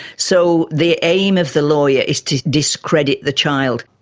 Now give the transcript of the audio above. so the aim of the lawyer is to discredit the child.